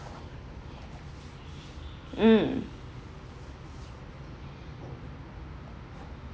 mm